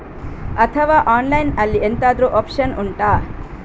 ಅಥವಾ ಆನ್ಲೈನ್ ಅಲ್ಲಿ ಎಂತಾದ್ರೂ ಒಪ್ಶನ್ ಉಂಟಾ